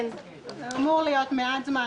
זה אמור להיות מעט זמן.